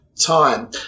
time